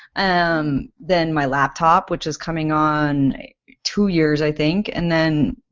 um then my laptop which is coming on two years i think and then